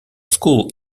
school